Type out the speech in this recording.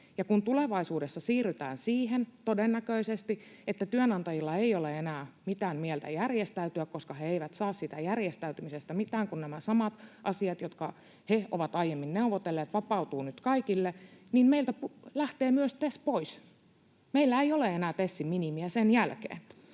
kun tulevaisuudessa siirrytään siihen, todennäköisesti, että työnantajilla ei ole enää mitään mieltä järjestäytyä, koska he eivät saa siitä järjestäytymisestä mitään, kun nämä samat asiat, jotka he ovat aiemmin neuvotelleet, vapautuvat nyt kaikille, niin meiltä lähtee myös TES pois. Meillä ei ole enää TESin minimiä sen jälkeen.